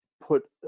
Put